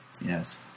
Yes